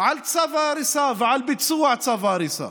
על צו ההריסה ועל ביצוע צו ההריסה.